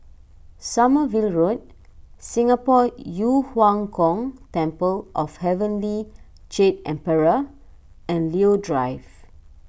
Sommerville Road Singapore Yu Huang Gong Temple of Heavenly Jade Emperor and Leo Drive